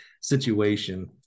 situation